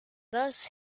thus